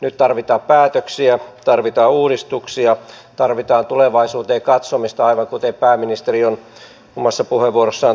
nyt tarvitaan päätöksiä nyt tarvitaan uudistuksia tarvitaan tulevaisuuteen katsomista aivan kuten pääministeri on omassa puheenvuorossaan todennut